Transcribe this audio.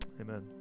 Amen